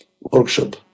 workshop